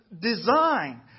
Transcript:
design